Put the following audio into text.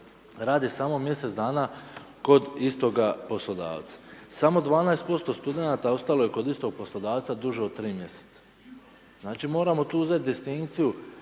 radi samo mjesec dana kod istoga poslodavca. Samo 12% studenata ostalo je kod istog poslodavca duže od 3 mj., znači moramo tu uzeti distinkciju